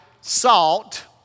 salt